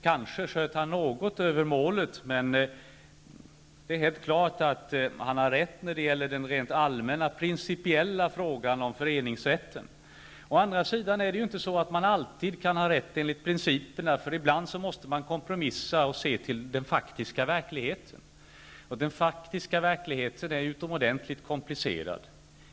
Kanske sköt han något över målet, men det är helt klart att han har rätt när det gäller den allmänna principiella frågan om föreningsrätten. Å andra sidan kan man inte alltid ha rätt enligt principerna, utan ibland måste man kompromissa och se till den faktiska verkligheten, och den faktiska verkligheten är utomordentligt komplicerad.